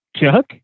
Chuck